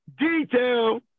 detail